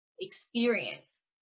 experience